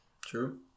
true